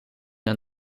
een